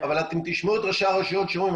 אבל אתם תשמעו את ראשי הרשויות שאומרים,